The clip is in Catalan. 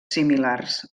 similars